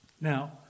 Now